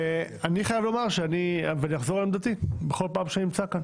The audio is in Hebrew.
אני אחזור על עמדתי בכל פעם שאני נמצא כאן